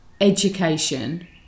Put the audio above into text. education